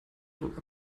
druck